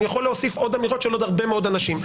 אני יכול להוסיף עוד אמירות של עוד הרבה מאוד אנשים.